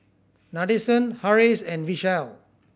Nadesan Haresh and Vishal